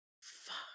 fuck